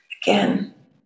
Again